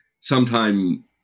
sometime